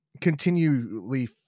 continually